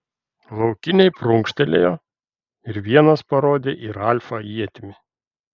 laukiniai prunkštelėjo ir vienas parodė į ralfą ietimi